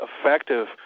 effective